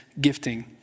gifting